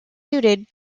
suited